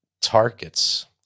targets